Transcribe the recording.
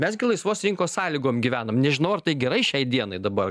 mes gi laisvos rinkos sąlygom gyvenam nežinau ar tai gerai šiai dienai dabar